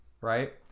right